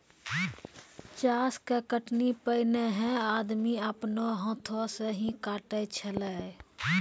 चास के कटनी पैनेहे आदमी आपनो हाथै से ही काटै छेलै